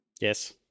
yes